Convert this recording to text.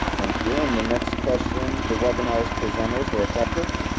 thank you and the next question, the webinar's presenters were effective.